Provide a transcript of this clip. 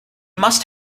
must